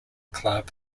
club